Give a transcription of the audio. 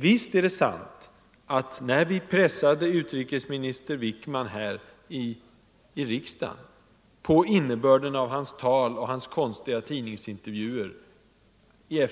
Visst är det sant att när vi pressade utrikesminister — m.m. Wickman här i riksdagen på innebörden av hans tal i FN, och av hans konstiga tidningsintervjuer i